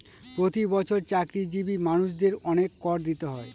প্রতি বছর চাকরিজীবী মানুষদের অনেক কর দিতে হয়